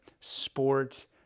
sports